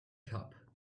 cup